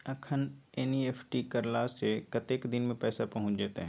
अखन एन.ई.एफ.टी करला से कतेक दिन में पैसा पहुँच जेतै?